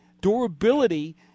Durability